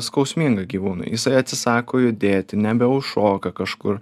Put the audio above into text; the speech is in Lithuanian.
skausminga gyvūnui jisai atsisako judėti nebeužšoka kažkur